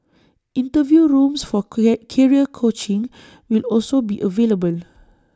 interview rooms for create career coaching will also be available